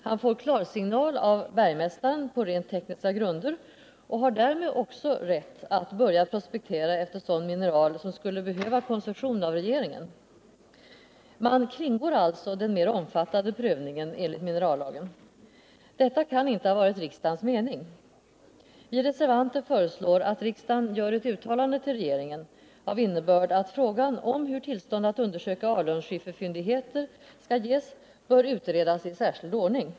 Han får klarsignal av bergmästaren på rent tekniska grunder och har därmed också rätt att börja prospektera efter sådant mineral som skulle ha behövt koncession av regeringen. Man kringgår alltså den mer omfattande prövningen enligt minerallagen. Detta kan inte ha varit riksdagens mening. Vi reservanter föreslår att riksdagen gör ett uttalande till regeringen av innebörd att frågan om hur tillstånd att undersöka alunskifferfyndigheter skall ges bör utredas i särskild ordning.